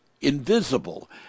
invisible